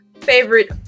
favorite